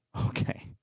Okay